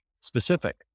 specific